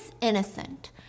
Innocent